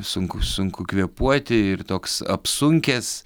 sunku sunku kvėpuoti ir toks apsunkęs